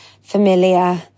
familiar